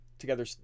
Together